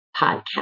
podcast